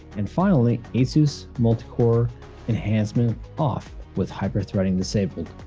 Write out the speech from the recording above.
and finally, asus multicore enhancement off with hyper-threading disabled.